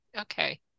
Okay